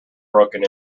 broken